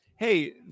hey